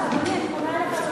אדוני, אני פונה אליך,